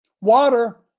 Water